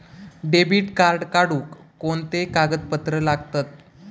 Debit card काढुक कोणते कागदपत्र लागतत?